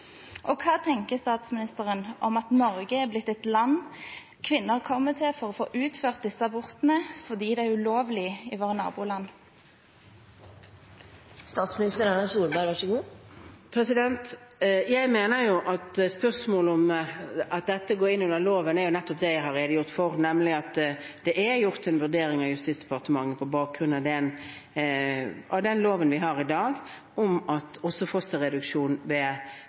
Og hva tenker statsministeren om at Norge har blitt et land som kvinner kommer til for å få utført disse abortene, fordi de er ulovlige i våre naboland? Spørsmålet om hvorvidt dette går inn under loven, er jo nettopp det jeg har redegjort for, nemlig at det er gjort en vurdering av Justisdepartementet på bakgrunn av den loven vi har i dag, om at også fosterreduksjon